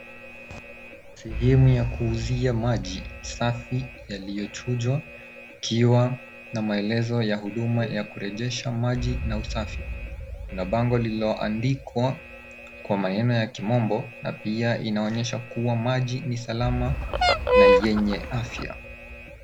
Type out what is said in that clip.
Sehemu ya kuuzia maji safi yaliyochujwa, ikiwa na maelezo ya huduma ya kurejesha maji na usafi. Kuna bango lililoandikwa, kwa maneno ya kimombo na pia inaonyesha kuwa maji ni salama, na yenye afya.